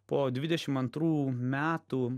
po dvidešim antrų metų